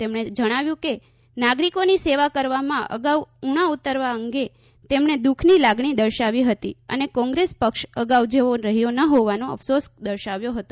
તેમણે જણાવ્યું કે નાગરિકોની સેવા કરવામાં અગાઉ ઊણા ઊતરવા અંગે તેમણે દુખની લાગણી દર્શાવી હતી અને કોંગ્રેસ પક્ષ અગાઉ જેવો રહ્યો ન હોવાનો અફસોસ દર્શાવ્યો હતો